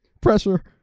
pressure